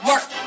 Work